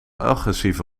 agressieve